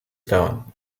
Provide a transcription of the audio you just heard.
stone